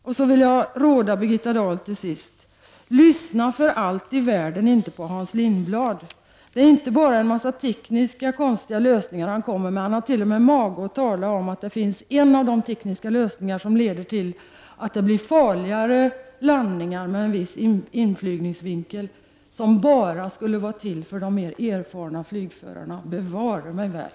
Till sist vill jag råda Birgitta Dahl: lyssna för allt i världen inte på Hans Lindblad. Det är inte bara en mängd konstiga tekniska lösningar som han kommer med. Han har t.o.m. mage att tala om att en av de tekniska lösningarna leder till en del farliga landningar med en viss inflygningsvinkel som bara skulle vara till för de mer erfarna flygförarna. Bevare mig väl!